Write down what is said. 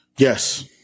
Yes